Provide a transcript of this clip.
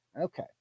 Okay